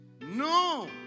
No